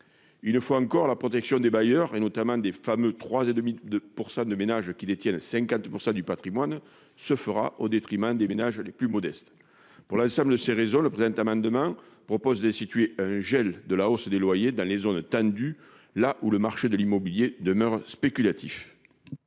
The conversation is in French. Une fois encore, la protection des bailleurs, et notamment des fameux 3,5 % des ménages détenteurs de 50 % du patrimoine, se fera au détriment des ménages les plus modestes. Pour ces raisons, les auteurs de cet amendement proposent d'instituer un gel de la hausse des loyers dans les zones tendues, là où le marché de l'immobilier demeure spéculatif.